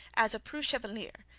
as a preux chevalier,